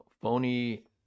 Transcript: Phony